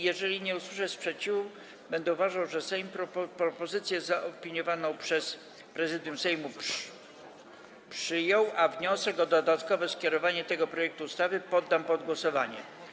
Jeżeli nie usłyszę sprzeciwu, będę uważał, że Sejm propozycję zaopiniowaną przez Prezydium Sejmu przyjął, a wniosek o dodatkowe skierowanie tego projektu ustawy poddam pod głosowanie.